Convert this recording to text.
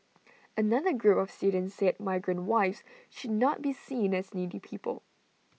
another group of students said migrant wives should not be seen as needy people